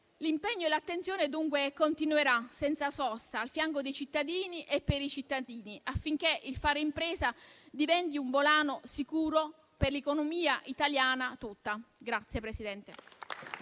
L'impegno e l'attenzione dunque continueranno senza sosta al fianco dei cittadini e per i cittadini, affinché il fare impresa diventi un volano sicuro per l'economia italiana tutta.